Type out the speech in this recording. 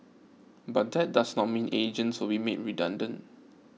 but that does not mean agents will be made redundant